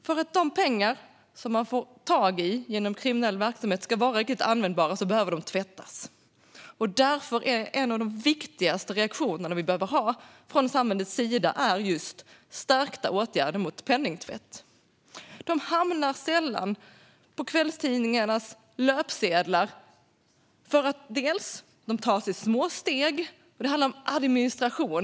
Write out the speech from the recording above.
För att de pengar som man får tag i genom kriminell verksamhet ska vara riktigt användbara behöver de tvättas. Därför är en av de viktigaste reaktionerna från samhällets sida just stärkta åtgärder mot penningtvätt. Dessa åtgärder hamnar sällan på kvällstidningarnas löpsedlar, delvis för att de vidtas i små steg och handlar om administration.